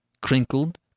crinkled